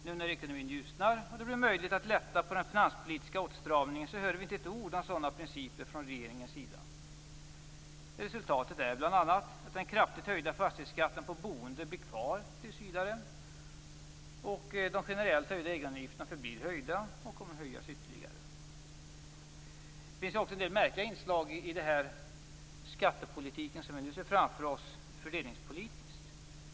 Nu när ekonomin ljusnar och det blir möjligt att lätta på den finanspolitiska åtstramningen hör vi inte ett ord om sådana principer från regeringen. Resultatet är bl.a. att den kraftigt höjda fastighetsskatten på boende blir kvar tills vidare och att de generellt höjda egenavgifterna förblir höga och kommer att höjas ytterligare. Det finns också en del fördelningspolitiskt märkliga inslag i den skattepolitik som vi nu ser framför oss.